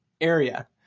area